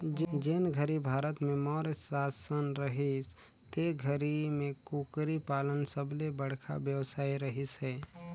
जेन घरी भारत में मौर्य सासन रहिस ते घरी में कुकरी पालन सबले बड़खा बेवसाय रहिस हे